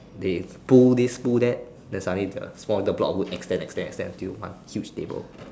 they pull this pull that then suddenly the small the block would extend extend extend until one huge table